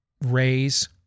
raise